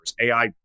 AI